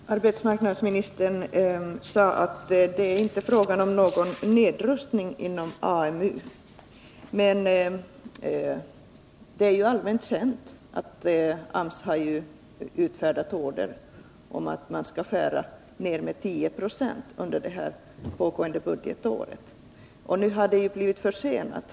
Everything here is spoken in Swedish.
Herr talman! Arbetsmarknadsministern sade att det inte är fråga om någon nedrustning inom AMU. Men det är allmänt känt att AMS har utfärdat order om att man skall skära ned den verksamheten med 10 96 under det pågående budgetåret.